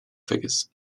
figures